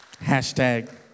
Hashtag